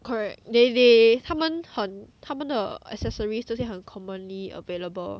correct they they 他们很他们的 accessories 这些很 commonly available